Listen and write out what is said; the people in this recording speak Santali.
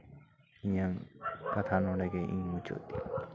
ᱤᱧᱟᱹᱝ ᱠᱟᱛᱷᱟ ᱤᱧ ᱱᱚᱰᱮᱜᱮ ᱢᱩᱪᱟᱹᱫ ᱫᱤᱧ